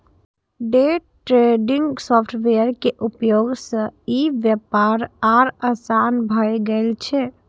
day trading software के उपयोग सं ई व्यापार आर आसान भए गेल छै